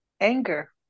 Anger